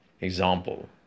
example